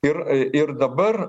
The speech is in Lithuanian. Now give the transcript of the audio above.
ir ir dabar